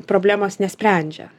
problemos nesprendžia